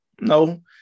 No